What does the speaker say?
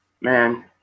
Man